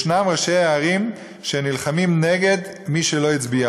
יש ראשי ערים שנלחמים נגד מי שלא הצביע,